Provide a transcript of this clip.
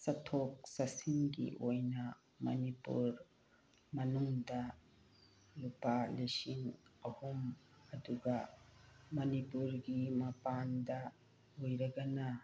ꯆꯠꯊꯣꯛ ꯆꯠꯁꯤꯟꯒꯤ ꯑꯣꯏꯅ ꯃꯅꯤꯄꯨꯔ ꯃꯅꯨꯡꯗ ꯂꯨꯄꯥ ꯂꯤꯁꯤꯡ ꯑꯍꯨꯝ ꯑꯗꯨꯒ ꯃꯅꯤꯄꯨꯔꯒꯤ ꯃꯄꯥꯟꯗ ꯑꯣꯏꯔꯒꯅ